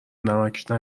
نمکـ